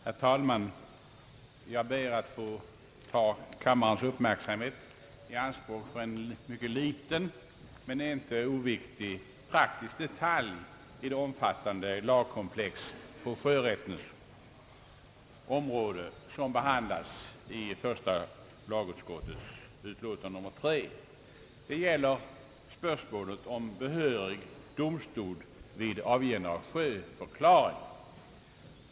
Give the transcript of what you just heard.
Herr talman! Jag ber att få ta kammarens uppmärksamhet i anspråk för en mycket liten men inte oviktig praktisk detalj i det omfattande lagkomplex på sjörättens område som behandlas i första lagutskottets utlåtande nr 3. Det gäller spörsmålet om behörig domstol vid avgivande av sjöförklaring.